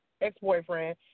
ex-boyfriend